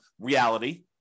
reality